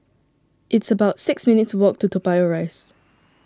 it's about six minutes' walk to Toa Payoh Rise